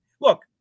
Look